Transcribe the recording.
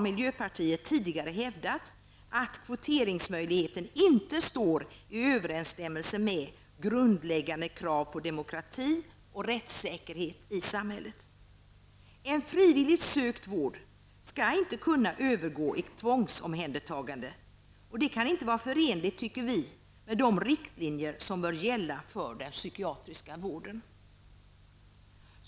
Miljöpartiet har tidigare hävdat att konverteringsmöjligheten inte står i överensstämmelse med grundläggande krav på demokrati och rättssäkerhet i samhället. En frivilligt sökt vård skall inte kunna övergå i tvångsomhändertagande. Det kan inte vara förenligt med de riktlinjer som bör gälla för den psykiatriska vården.